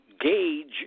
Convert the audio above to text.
gauge